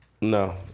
No